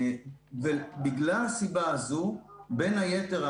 בגלל הסיבה הזאת, בין היתר,